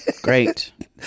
Great